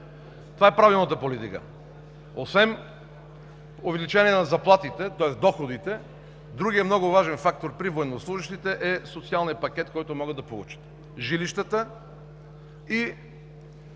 това е правилната политика. Освен увеличение на заплатите, тоест доходите, другият много важен фактор при военнослужещите е социалният пакет, който могат да получат – жилищата, и